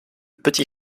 petit